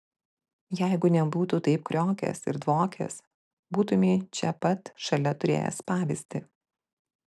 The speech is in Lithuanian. jeigu nebūtų taip kriokęs ir dvokęs būtumei čia pat šalia turėjęs pavyzdį